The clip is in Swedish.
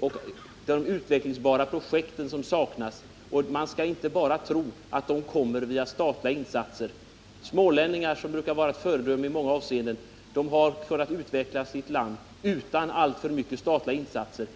och de utvecklingsbara projekten som saknas, och de kommer inte via statliga insatser. Smålänningarna, som är ett föredöme i många avseenden, har kunnat utveckla sin bygd utan alltför stora statliga insatser.